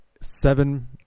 seven